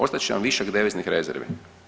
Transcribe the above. Ostat će nam višak deviznih rezervi.